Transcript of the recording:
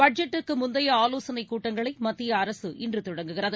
பட்ஜெட்டுக்கு முந்தைய ஆலோசனைக் கூட்டங்களை மத்திய அரசு இன்று தொடங்குகிறது